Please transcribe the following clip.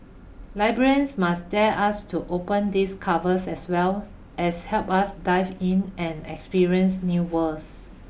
librarians must dare us to open these covers as well as help us dive in and experience new worlds